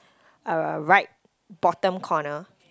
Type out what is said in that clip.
uh right bottom corner